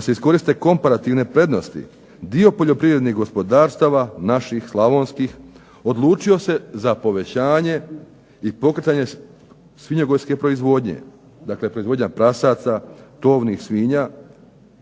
se iskoriste komparativne prednosti, dio poljoprivrednih gospodarstava naših Slavonskih odlučio se za povećanje i pokretanje svinjogojske proizvodnje, dakle proizvodnja prasaca, tovnih svinja,